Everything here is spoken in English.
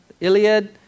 Iliad